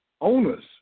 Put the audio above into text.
owners